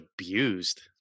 abused